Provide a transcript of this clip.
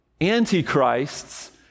antichrists